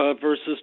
versus